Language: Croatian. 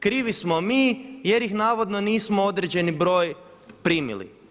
Krivi smo mi jer ih navodno nismo određeni broj primili.